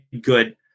good